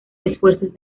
esfuerzos